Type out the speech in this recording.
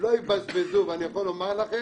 לא יבזבזו ואני יכול לומר לכם,